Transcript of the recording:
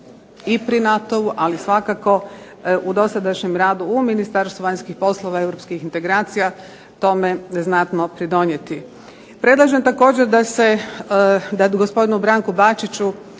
i pri NATO-u, ali svakako u dosadašnjem radu u Ministarstvu vanjskih poslova i europskih integracija tome znatno pridonijeti. Predlažem također da gospodinu Branku Bačiću,